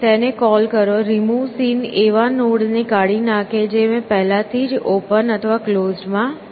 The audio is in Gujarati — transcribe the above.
તેને કોલ કરો રીમુવ સીન એવા નોડ ને કાઢી નાખે છે જે પહેલાથી જ ઓપન અથવા ક્લોઝડ માં છે